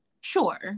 Sure